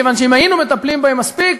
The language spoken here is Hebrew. כיוון שאם היינו מטפלים בהם מספיק,